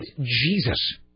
Jesus